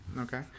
okay